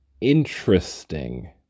interesting